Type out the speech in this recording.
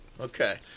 Okay